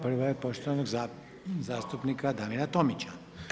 Prva je poštovanog zastupnika Damira Tomića.